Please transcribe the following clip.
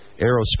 aerospace